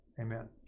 Amen